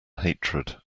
hatred